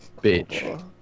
Bitch